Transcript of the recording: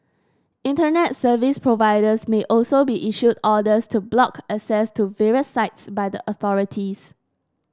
Internet Service Providers may also be issued orders to block access to various sites by the authorities